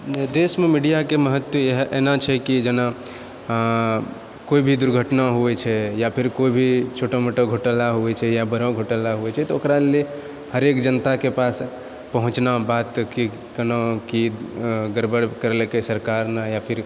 देशमे मीडिआके महत्त्व एना छै कि जेना कोइ भी दुर्घटना हुवै छै या फेर कोइ भी छोटा मोटा घोटाला होए छै या बड़ो घोटाला होए छै तऽ ओकरा लेल हरेक जनताके पास पहुंँचना बात कि केना की गड़बड़ करलकै सरकार या फिर